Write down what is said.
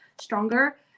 stronger